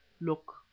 Look